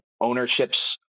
ownerships